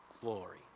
glory